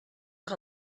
que